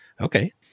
Okay